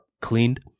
cleaned